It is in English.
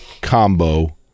combo